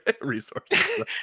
resources